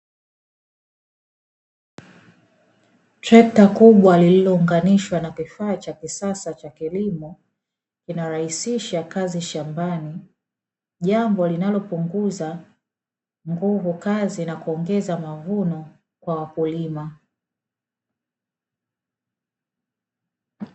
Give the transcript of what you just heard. Trekta kubwa lililounganishwa na kifaa cha kisasa cha kilimo, kinarahisisha kazi shambani jambo linalopunguza nguvu kazi na kuongeza mavuno kwa wakulima.